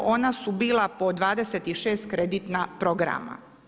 Ona su bila po 26 kreditna programa.